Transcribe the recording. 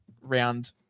round